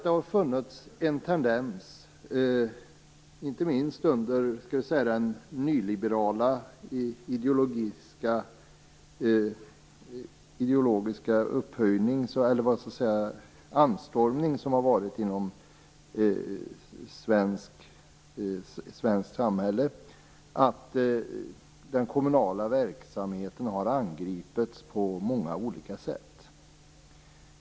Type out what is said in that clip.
Det har funnits en tendens - inte minst under den nyliberala ideologiska anstormning som skett inom det svenska samhället - att den kommunala verksamheten har angripits på många olika sätt.